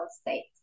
state